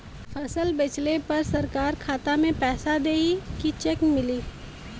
फसल बेंचले पर सरकार खाता में पैसा देही की चेक मिली?